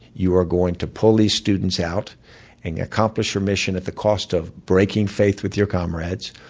you're going to pull these students out and accomplish your mission at the cost of breaking faith with your comrades,